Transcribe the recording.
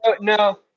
no